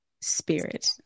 Spirit